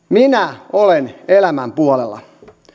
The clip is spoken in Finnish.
minä olen elämän puolella